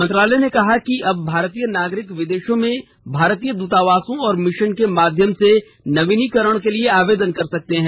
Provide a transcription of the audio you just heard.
मंत्रालय ने कहा है कि अब भारतीय नागरिक विदेशों में भारतीय दृतावासों और मिशन के माध्यम से नवीनीकरण के लिए आवेदन कर सकते हैं